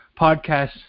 podcast